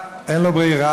אין לו ברירה,